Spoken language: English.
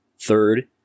Third